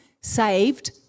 saved